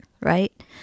Right